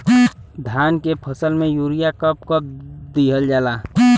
धान के फसल में यूरिया कब कब दहल जाला?